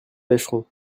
pêcheront